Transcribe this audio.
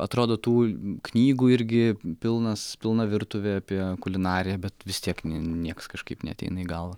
atrodo tų knygų irgi pilnas pilna virtuvė apie kulinariją bet vis tiek nieks kažkaip neateina į galvą